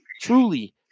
truly